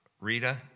Rita